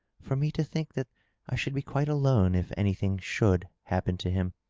for me to think that i should be quite alone if any thing should happen to him!